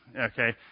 okay